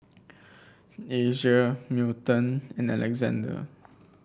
Asia Milton and Alexande